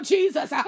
Jesus